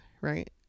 Right